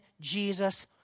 Jesus